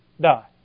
die